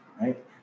right